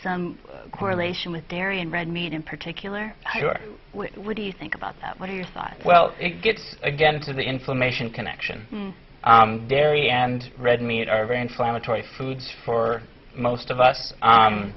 some correlation with dairy and red meat in particular what do you think about that what are your thoughts well it gets again to the information connection there and red meat are very inflammatory foods for most of us